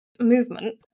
movement